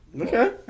Okay